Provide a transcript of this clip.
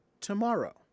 tomorrow